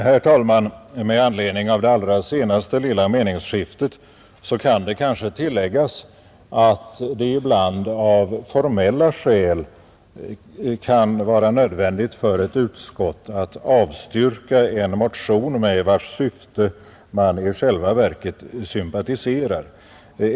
Herr talman! Med anledning av det allra senaste lilla meningsskiftet bör det kanske tilläggas att det ibland av formella skäl kan vara nödvändigt för ett utskott att avstyrka en motion med vars syfte man i själva verket sympatiserar.